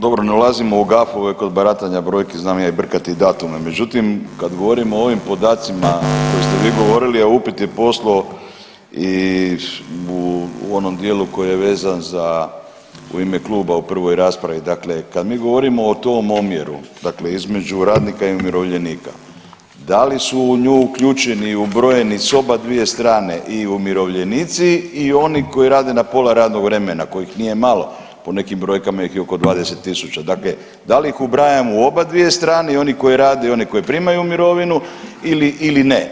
Dobro ne ulazimo u gafove kod baratanja brojki, znam ja i brkati datume, međutim kad govorimo o ovim podacima koje ste vi govorili, a upit je poslo i u onom dijelu koji je vezan u ime kluba u prvoj raspravi, dakle kad mi govorimo o tom omjeru dakle između radnika i umirovljenika da li su u nju uključeni i ubrojeni s obadvije strane i umirovljenici i oni koji rade na pola radnog vremena kojih nije malo, po nekim brojkama ih je oko 20.000. dakle, da li ih ubrajamo u obadvije strane i one koji rade i one koji primaju mirovine ili ne?